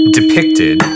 Depicted